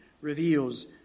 reveals